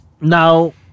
Now